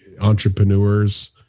entrepreneurs